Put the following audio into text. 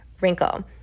wrinkle